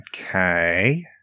Okay